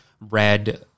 red